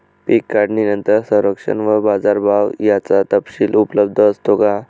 पीक काढणीनंतर संरक्षण व बाजारभाव याचा तपशील उपलब्ध असतो का?